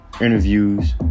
interviews